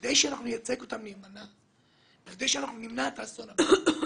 בכדי שנייצג אותם נאמנה, בכדי שנמנע את האסון הבא.